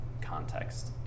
context